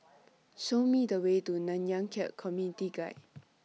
Show Me The Way to Nanyang Khek Community Guild